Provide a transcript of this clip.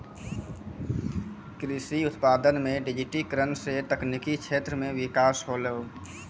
कृषि उत्पादन मे डिजिटिकरण से तकनिकी क्षेत्र मे बिकास होलै